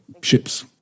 ships